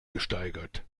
gesteigert